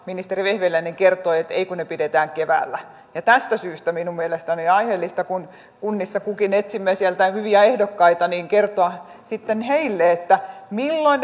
ministeri vehviläinen kertoi että ei kun ne pidetään keväällä ja tästä syystä minun mielestäni on aiheellista kun kunnissa kukin etsimme sieltä hyviä ehdokkaita kertoa sitten heille milloin